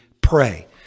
pray